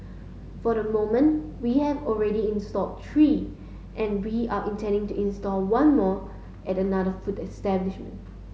for the moment we have already installed three and we are intending to install one more at another food establishment